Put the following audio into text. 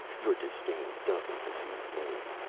your disdain doesn't deceive me.